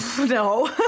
no